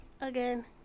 again